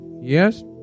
Yes